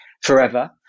forever